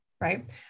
right